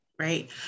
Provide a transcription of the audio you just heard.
Right